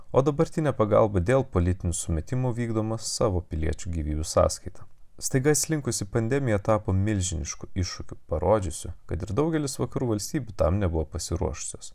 o dabartinė pagalba dėl politinių sumetimų vykdomos savo piliečių gyvybių sąskaita staiga slinkusi pandemija tapo milžinišku iššūkiu parodžiusiu kad ir daugelis vakarų valstybių tam nebuvo pasiruošusios